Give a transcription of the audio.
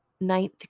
ninth